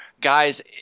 guys